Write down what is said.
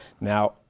Now